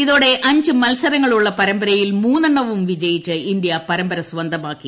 ഇതോടെ അഞ്ച് മത്സരങ്ങളുള്ള പരമ്പരയിൽ മൂന്നെണ്ണവും വിജയിച്ച് ഇന്ത്യ പരമ്പര സ്വന്തമാക്കി